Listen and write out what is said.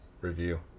review